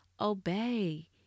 Obey